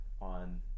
on